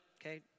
okay